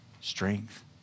strength